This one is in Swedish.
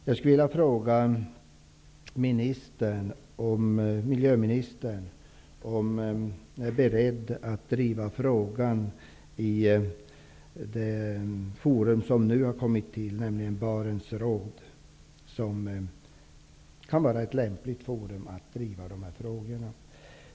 Jag skulle villa fråga miljöministern om han är beredd att driva frågan i det forum som nu har kommit till, nämligen Barents råd. Det kan vara ett lämpligt forum att driva dessa frågor i.